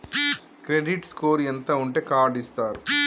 Credit score ఎంత ఉంటే card ఇస్తారు?